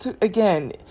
again